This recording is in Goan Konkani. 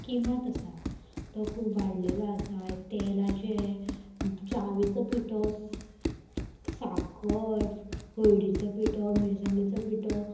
किंमत आसा तो खूब वाडलेलो आसा तेलाचे चावेचो पिठो साकर हळडीचो पिठो मिरसांगेचो पिठो